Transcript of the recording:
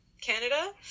Canada